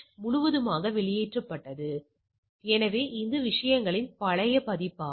841 எனவே வெளிப்படையாக இன்மை கருதுகோள் நிராகரிக்கப்படுகிறது